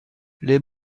les